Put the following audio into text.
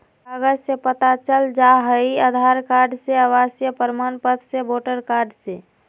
कागज से पता चल जाहई, आधार कार्ड से, आवासीय प्रमाण पत्र से, वोटर कार्ड से?